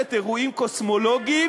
שרשרת אירועים קוסמולוגיים,